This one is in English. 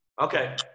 Okay